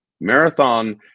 Marathon